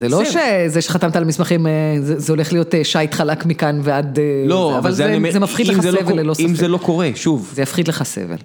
זה לא שזה שחתמת על המסמכים, זה הולך להיות שייט חלק מכאן ועד... לא, אבל זה מפחית לך סבל, אם זה לא קורה, שוב. זה יפחית לך סבל.